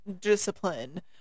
discipline